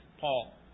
Paul